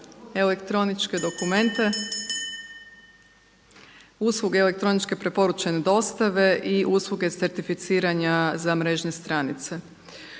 elektroničke dokumente, usluge elektroničke preporučene dostave i usluge certificiranja za mrežne stranice.